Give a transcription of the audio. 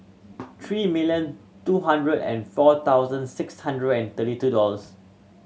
three million two hundred and four thousand six hundred and thirty two dollors